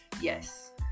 Yes